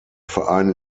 verein